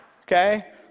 okay